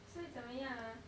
所以怎么样 ah